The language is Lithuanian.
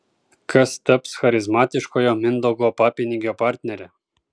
kas taps charizmatiškojo mindaugo papinigio partnere